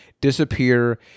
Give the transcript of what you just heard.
disappear